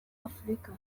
afurika